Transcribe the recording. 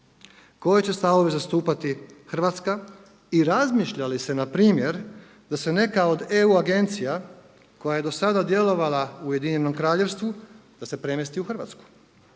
Koje će stavove zastupati Hrvatska i razmišlja li se na primjer da se neka od EU agencija koja je do sada djelovala u Ujedinjenom Kraljevstvu, da se premjesti u Hrvatsku?